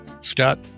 Scott